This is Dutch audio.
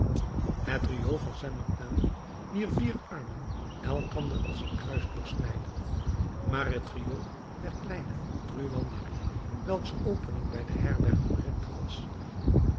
het riool van st martin wier vier armen elkander als een kruis doorsnijden maar het riool der kleine truanderie welks opening bij de herberg corinthe was